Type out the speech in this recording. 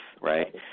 right